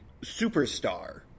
superstar